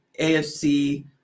AFC